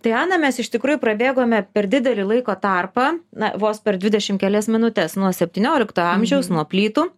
tai ana mes iš tikrųjų prabėgome per didelį laiko tarpą na vos per dvidešim kelias minutes nuo septyniolikto amžiaus nuo plytų